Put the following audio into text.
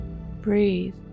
Breathe